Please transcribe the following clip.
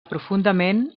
profundament